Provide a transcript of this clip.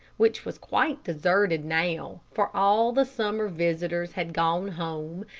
which was quite deserted now, for all the summer visitors had gone home,